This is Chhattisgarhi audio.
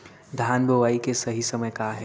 धान बोआई के सही समय का हे?